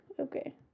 Okay